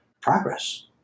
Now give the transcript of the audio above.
progress